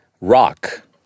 rock